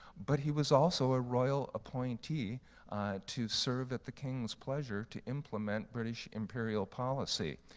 but he was also a royal appointee to serve at the king's pleasure to implement british imperial policy.